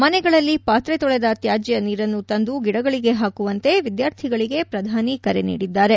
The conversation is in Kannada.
ಮನೆಗಳಲ್ಲಿ ಪಾತ್ರೆ ತೊಳೆದ ತ್ಯಾಜ್ಯ ನೀರನ್ನು ತಂದು ಗಿದಗಳಿಗೆ ಹಾಕುವಂತೆ ವಿದ್ಯಾರ್ಥಿಗಳಿಗೆ ಪ್ರದಾನಿ ಕರೆ ನೀಡಿದ್ದಾರೆ